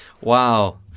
Wow